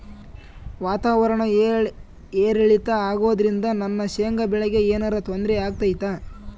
ವಾತಾವರಣ ಏರಿಳಿತ ಅಗೋದ್ರಿಂದ ನನ್ನ ಶೇಂಗಾ ಬೆಳೆಗೆ ಏನರ ತೊಂದ್ರೆ ಆಗ್ತೈತಾ?